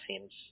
seems